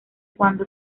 cuando